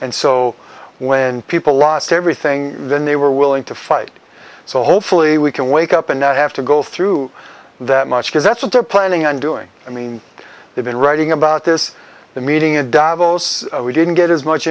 and so when people lost everything then they were willing to fight so hopefully we can wake up and not have to go through that much because that's what they're planning on doing i mean they've been writing about this the meeting in davos we didn't get as much